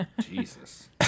Jesus